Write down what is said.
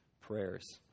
prayers